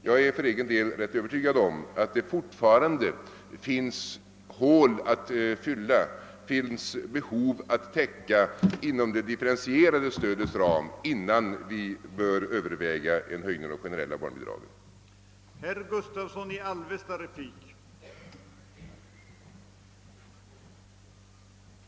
Jag är för egen del rätt övertygad om att det fortfarande finns hål att fylla och behov att täcka inom det differentierade stödets ram, innan en höjning av det generella barnbidraget bör övervägas.